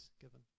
given